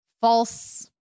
false